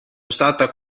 usata